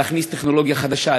להכניס טכנולוגיה חדשה,